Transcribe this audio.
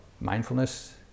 mindfulness